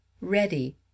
Ready